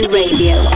radio